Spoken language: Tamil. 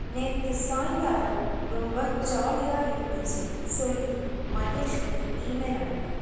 நேற்று சாயங்காலம் ரொம்ப ஜாலியாக இருந்துச்சு சொல்லி மகேஷுக்கு இமெயில் அனுப்பு